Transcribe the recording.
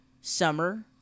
Summer